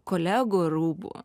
kolegų rūbų